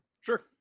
Sure